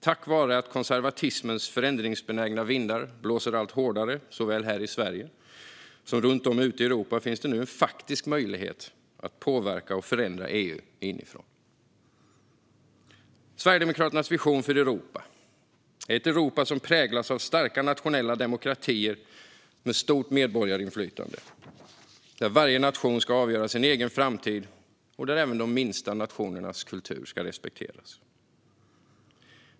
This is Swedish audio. Tack vare att konservatismens förändringsbenägna vindar blåser allt hårdare såväl i Sverige som runt om i Europa finns nu en faktisk möjlighet att påverka och förändra EU inifrån. Sverigedemokraternas vision för Europa är ett Europa som präglas av starka nationella demokratier med stort medborgarinflytande där varje nation ska avgöra sin egen framtid och där även de minsta nationernas kulturer ska respekteras.